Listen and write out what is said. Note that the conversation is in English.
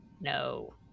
No